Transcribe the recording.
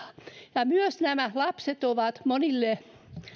nämä lapset ovat myös monille